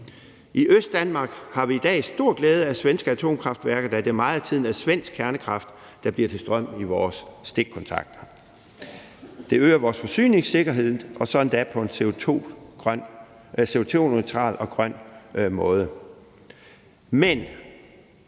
I Østdanmark har vi i dag stor glæde af svenske atomkraftværker, da det meget af tiden er svensk kernekraft, der bliver til strøm i vores stikkontakter. Det øger vores forsyningssikkerhed og så endda på en CO2-neutral og grøn måde.